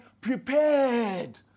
prepared